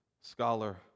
scholar